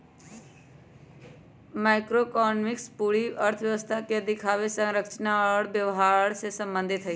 macroeconomics पूरी अर्थव्यवस्था के दिखावे, संरचना और व्यवहार से संबंधित हई